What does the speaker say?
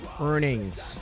earnings